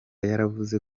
yaravuze